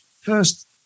first